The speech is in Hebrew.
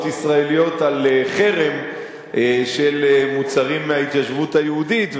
ישראליות על חרם של מוצרים מההתיישבות היהודית.